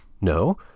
no